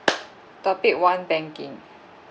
topic one banking